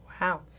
Wow